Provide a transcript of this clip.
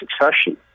succession